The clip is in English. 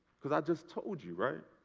because i just told you, right?